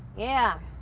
yeah,